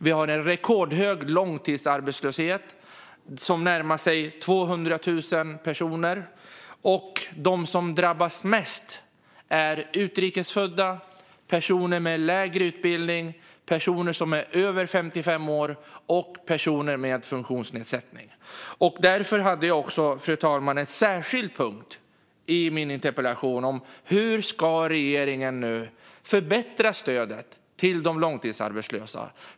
Vi har en rekordhög långtidsarbetslöshet som närmar sig 200 000 personer. De som drabbas mest är utrikes födda, personer med lägre utbildning, personer som är över 55 år och personer med funktionsnedsättning. Därför hade jag också, fru talman, en särskild punkt i min interpellation om hur regeringen nu ska förbättra stödet till de långtidsarbetslösa.